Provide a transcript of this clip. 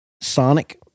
Sonic